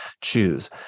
choose